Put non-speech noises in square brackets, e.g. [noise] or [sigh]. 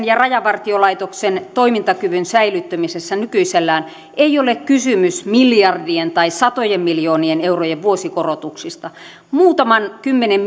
[unintelligible] ja rajavartiolaitoksen toimintakyvyn säilyttämisessä nykyisellään ei ole kysymys miljardien tai satojen miljoonien eurojen vuosikorotuksista muutaman kymmenen [unintelligible]